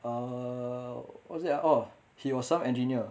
err what was it ah oh he was some engineer